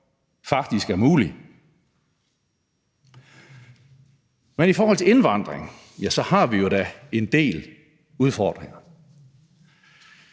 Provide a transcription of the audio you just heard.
drøm er mulig. Men i forhold til indvandring har vi jo da en del udfordringer.